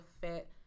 fit